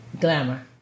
Glamour